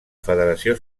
federació